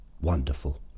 wonderful